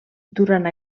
durant